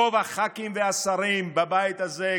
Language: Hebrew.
רוב הח"כים והשרים בבית הזה,